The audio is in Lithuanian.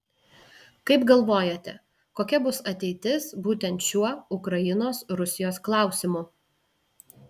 kaip galvojate kokia bus ateitis būtent šiuo ukrainos rusijos klausimu